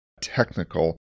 technical